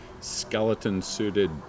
skeleton-suited